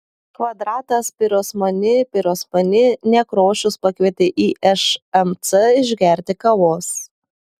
kvadratas pirosmani pirosmani nekrošius pakvietė į šmc išgerti kavos